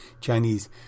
Chinese